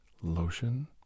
lotion